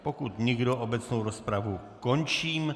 Pokud nikdo, obecnou rozpravu končím.